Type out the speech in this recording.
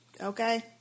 Okay